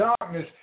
darkness